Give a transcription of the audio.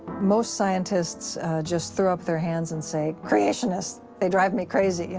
most scientists just throw up their hands and say, creationists! they drive me crazy.